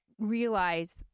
realize